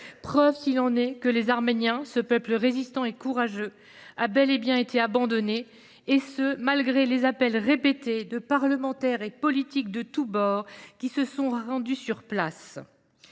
preuve, si besoin en était, que les Arméniens, ce peuple résistant et courageux, ont bel et bien été abandonnés, malgré les appels répétés de parlementaires et de politiques de tous bords qui se sont rendus sur place.